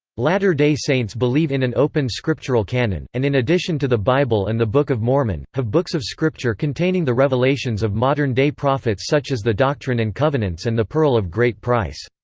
latter-day saints believe in an open scriptural canon, and in addition to the bible and the book of mormon, have books of scripture containing the revelations of modern-day prophets such as the doctrine and covenants and the pearl of great price.